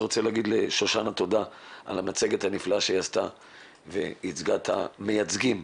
אני רוצה לומר לשושנה תודה על המצגת הנפלאה ועל שייצגה את המייצגים,